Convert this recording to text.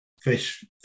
Fish